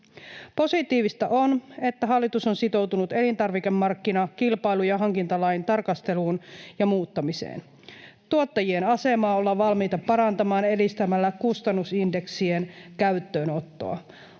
Positiivista on, että hallitus on sitoutunut elintarvikemarkkina-, kilpailu- ja hankintalain tarkasteluun ja muuttamiseen. Tuottajien asemaa ollaan valmiita parantamaan edistämällä kustannusindeksien käyttöönottoa.